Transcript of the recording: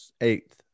eighth